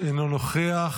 אינו נוכח,